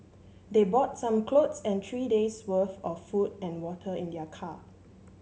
they brought some clothes and three days worth of food and water in their car